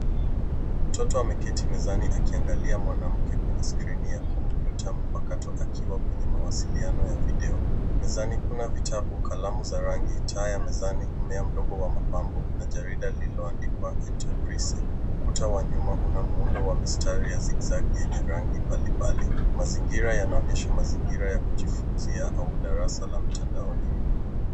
Mtoto ameketi mezani akiangalia mwanamke kwenye skrini ya kompyuta mpakato akiwa kwenye mawasiliano ya video . Mezani kuna vitabu, kalamu za rangi, taa ya mezani, mmea mdogo wa mapambo na jarida lililoandikwa Enterprise . Ukuta wa nyuma una muundo wa mistari ya zigizagi yenye rangi mbalimbali. Mazingira yanaonyesha mazingira ya kujifunzia au darasa la mtandaoni.